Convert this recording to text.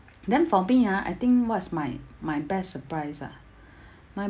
then for me ah I think what is my my best surprise ah my